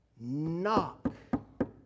Knock